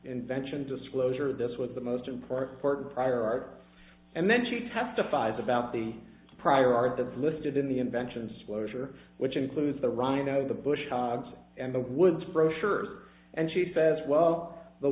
invention disclosure this was the most important prior art and then she testifies about the prior art that listed in the inventions closure which includes the rhino the bush and the woods brochure and she says well the